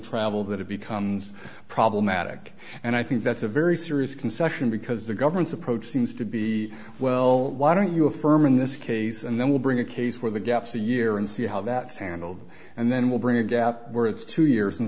travel that it becomes problematic and i think that's a very serious concession because the government's approach seems to be well why don't you affirm in this case and then we'll bring a case where the gaps a year and see how that is handled and then we'll bring a gap where it's two years and